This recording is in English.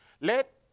let